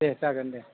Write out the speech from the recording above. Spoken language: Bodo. दे जागोन दे